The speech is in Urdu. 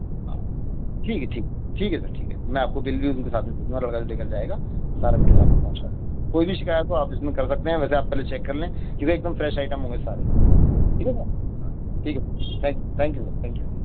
ہاں ٹھیک ہے ٹھیک ٹھیک ہے سر ٹھیک ہے میں آپ کو بل بھی ان کے ساتھ میں بھیج دوں گا لڑکا جو لے کر جائے گا سارا مٹیریل آپ کو پہنچا دوں گا کوئی بھی شکایت ہو آپ اس میں کر سکتے ہیں ویسے آپ پہلے چیک کر لیں کیونکہ ایک دم فریش آئٹم ہوں گے سارے ٹھیک ہے سر ہاں ٹھیک ہے سر ٹھیک ہے thank you thank you sir very